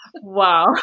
Wow